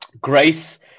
grace